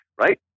right